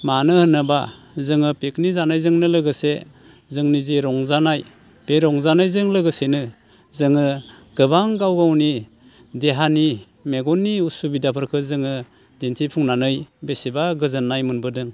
मानो होनोब्ला जोङो पिकनिक जानायजोंनो लोगोसे जोंनि जे रंजानाय बे रंजानायजों लोगोसेनो जोङो गोबां गाव गावनि देहानि मेगननि उसुबिदाफोरखो जोङो दिनथिफुंनानै बेसेबा गोजोननाय मोनबोदों